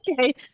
okay